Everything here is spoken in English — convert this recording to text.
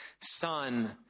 Son